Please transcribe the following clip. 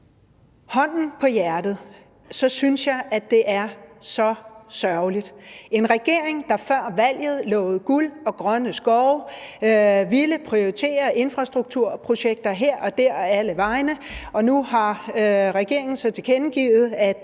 Hånden på hjertet: Jeg synes, at det er så sørgeligt. Vi har en regering, der før valget lovede guld og grønne skove og ville prioritere infrastrukturprojekter her og der og alle vegne, og som nu godt nok har tilkendegivet, at